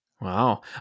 Wow